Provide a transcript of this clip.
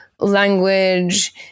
Language